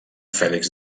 fèlix